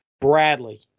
Bradley